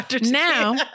Now